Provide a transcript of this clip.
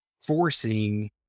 forcing